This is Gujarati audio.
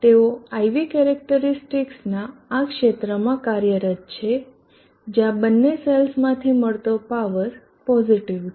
તેઓ IV કેરેક્ટરીસ્ટિકસના આ ક્ષેત્રમાં કાર્યરત છે જ્યાં બંને સેલ્સમાંથી મળતો પાવર પોઝીટીવ છે